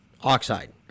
oxide